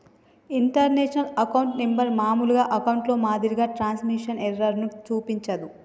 international account number మామూలు అకౌంట్లో మాదిరిగా ట్రాన్స్మిషన్ ఎర్రర్ ను చూపించదు